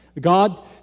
God